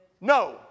No